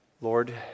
Lord